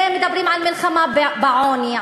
מדברים על מלחמה בעוני,